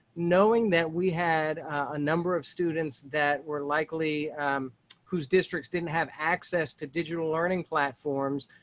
knowing that we had a number of students that were likely whose districts didn't have access to digital learning platforms.